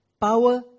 power